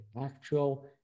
actual